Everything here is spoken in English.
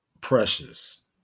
precious